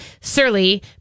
Surly